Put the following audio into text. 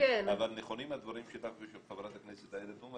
אבל נכונים הדברים שלך ושל חברת הכנסת עאידה תומא.